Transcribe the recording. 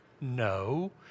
No